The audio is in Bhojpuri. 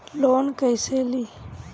लोन कईसे ली?